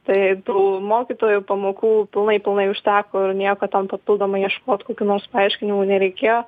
tai tų mokytojų pamokų pilnai pilnai užteko ir nieko ten papildomai ieškot kokių nors paaiškinimų nereikėjo